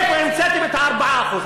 מאיפה המצאתם את ה-4%?